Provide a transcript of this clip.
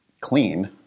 clean